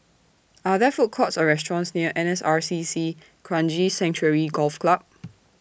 Are There Food Courts Or restaurants near N S R C C Kranji Sanctuary Golf Club